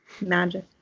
magic